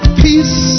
peace